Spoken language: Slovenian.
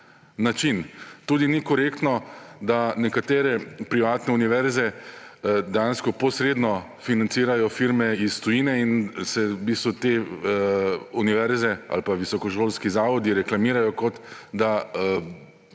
način. Tudi ni korektno, da nekatere privatne univerze dejansko posredno financirajo firme iz tujine in se v bistvu te univerze ali pa visokošolski zavodi reklamirajo, kot da